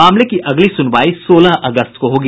मामले की अगली सुनवाई सोलह अगस्त को होगी